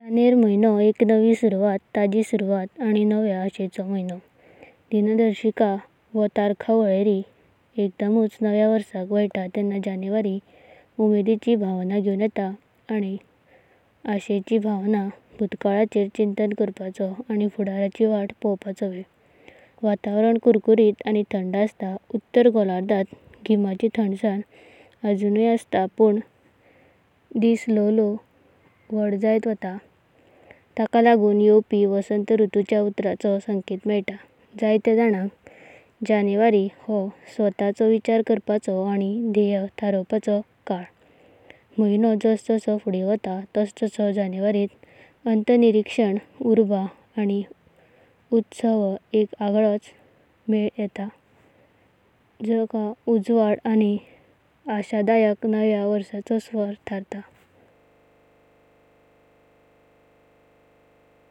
जनेरा- म्हायानो एक नवी सुरवाता, ताजी सुरवाता, आनी नवी अशेचो म्हायानो! दिनदर्शिका वा तर्खावलरी एकदमुच नव्या वर्षाक वालता तेंना जानेवरी उमेदिची भावना घेवन येता। आनी अशाची भावना भूतकालाचेर चिंतन करपाचो आनी फुदराची वाटा फलोवापाचो वेळा। वातावरण कुरकुरिता आनी थंद असता। उत्तर गोलार्धांता गीमाची थंदासना अजुनया अस्त, पण दिस ल्हावु ल्हावु वाढा जायता अस्त। तका लागुन येवापी वसंत ऋतूच्या उताराचो संकेत मेलता। जायत्या जनंका जानेवरी हो स्वताचो विचार करपाचो आनी ध्येय ठरवापाचो कला। म्हायानो जस जस फुडेंव वाटा तस तसु जानेवरींत आंतर्निरीक्षण। उर्ब आनी उत्सवाचो एक आगळोच मेल सारता, जो एक उजवाडा आनी आशादायक नव्या वर्षाचो स्वर ठरायता।